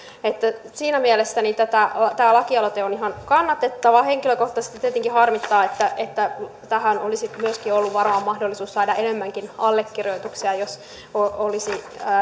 että siinä mielessä tämä lakialoite on ihan kannatettava henkilökohtaisesti tietenkin harmittaa että että tähän olisi ollut mahdollisuus saada enemmänkin allekirjoituksia jos olisi